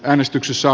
äänestyksessä